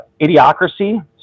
Idiocracy